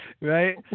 right